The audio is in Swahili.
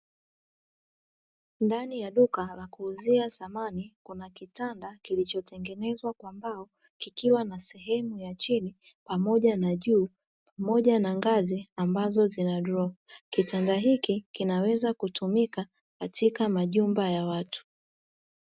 Ndani ya duka la kuuzia samani kuna kitanda kilichotengenezwa kwa mbao kikiwa na sehemu ya chini pamoja na juu pamoja na ngazi ambazo zina droo, kitanda hiki kinaweza kutumika katika majumba ya watu.